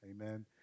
Amen